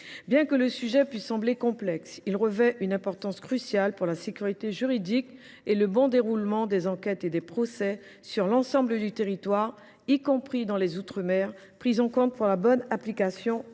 Bien que le sujet puisse sembler complexe, il revêt une importance cruciale pour la sécurité juridique et le bon déroulement des enquêtes et des procès sur l’ensemble du territoire, y compris dans les outre mer, pris en compte par le texte pour en